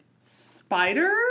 spider